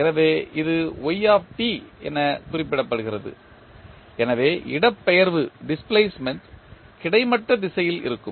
எனவே இது என குறிப்பிடப்படுகிறது எனவே இடப்பெயர்வு கிடைமட்ட திசையில் இருக்கும்